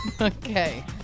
Okay